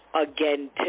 again